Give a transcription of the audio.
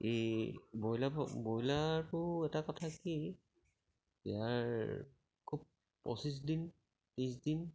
এই ব্ৰইলাৰ ব্ৰইলাৰটো এটা কথা কি ইয়াৰ খুব পঁচিছ দিন ত্ৰিছ দিন